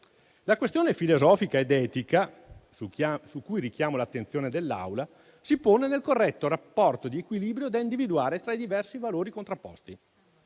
La questione filosofica ed etica su cui richiamo l'attenzione dell'Assemblea si pone nel corretto rapporto di equilibrio da individuare tra i diversi valori contrapposti: